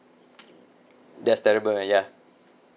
that's terrible ya